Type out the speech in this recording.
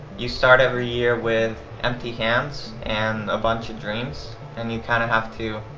you start every year with empty hands and a bunch of dreams and you kind of have to